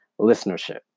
listenership